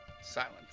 silence